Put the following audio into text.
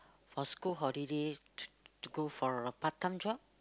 for school holiday to go for a part time job